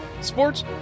sports